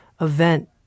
event